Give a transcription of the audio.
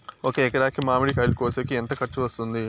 ఒక ఎకరాకి మామిడి కాయలు కోసేకి ఎంత ఖర్చు వస్తుంది?